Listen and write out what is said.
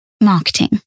marketing